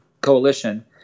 coalition